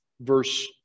verse